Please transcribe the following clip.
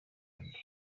burundu